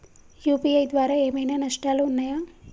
UPI ద్వారా ఏమైనా నష్టాలు ఉన్నయా?